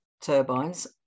turbines